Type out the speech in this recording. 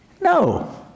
No